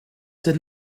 did